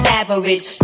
average